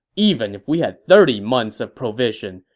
even if we had thirty months' of provisions,